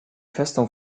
festung